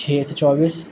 چھ سو چوبیس